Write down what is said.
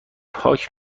پاک